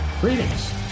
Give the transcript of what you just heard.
Greetings